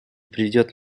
приведет